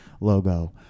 logo